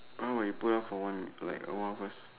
why we put off for one like a while first